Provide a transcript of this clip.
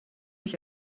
ich